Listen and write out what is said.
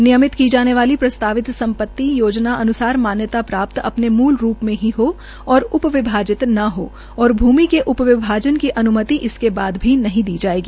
नियमित की जाने वाली प्रस्तावित सम्पति योजना अन्सार मान्यता प्रापत अपने मूल रूप मे ही हो और उप विभाजित न हो और भूमि के उप विभाजन की अन्मति इसके बाद भी नहीं दी जायेगी